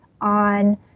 on